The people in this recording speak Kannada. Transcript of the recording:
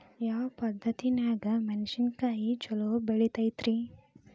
ಯಾವ ಪದ್ಧತಿನ್ಯಾಗ ಮೆಣಿಸಿನಕಾಯಿ ಛಲೋ ಬೆಳಿತೈತ್ರೇ?